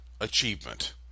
achievement